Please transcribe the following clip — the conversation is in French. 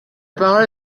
parole